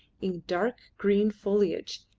in dark green foliage,